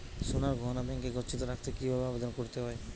সোনার গহনা ব্যাংকে গচ্ছিত রাখতে কি ভাবে আবেদন করতে হয়?